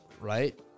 right